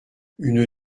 une